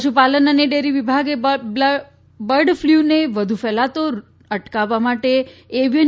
પશુપાલન અને ડેરી વિભાગે બર્ડ ફલુને વધુ ફેલાતો અટકાવવા માટે એવિયન